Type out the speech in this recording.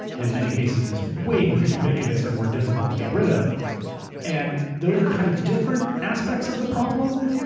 and in many cases, it's way more ubiquitous and more difficult to get rid of and those are kind of different aspects of the problem.